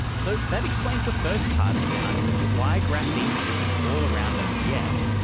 so that explains the first part of the answer to why graphene isn't all around us yet.